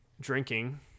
drinking